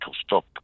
stop